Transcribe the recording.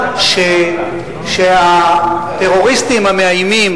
וכיוון שהטרוריסטים המאיימים